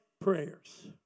prayers